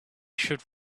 should